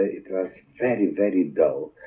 it was very, very dull.